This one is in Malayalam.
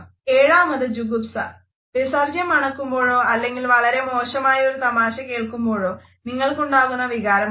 ഏഴാമത് ജുഗുപ്സ വിസർജ്യം മണക്കുമ്പോഴോ അല്ലെങ്കിൽ വളരെ മോശമായ ഒരു തമാശ കേൾക്കുമ്പോഴോ നിങ്ങൾക്കുണ്ടാകുന്ന വികാരമാണിത്